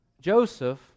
Joseph